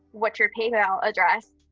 what's your paypal address?